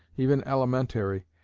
even elementary,